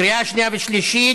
לקריאה שנייה ושלישית.